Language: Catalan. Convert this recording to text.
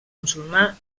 musulmà